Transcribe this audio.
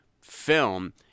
film